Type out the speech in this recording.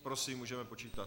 Prosím, můžeme počítat.